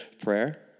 prayer